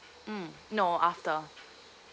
mm no after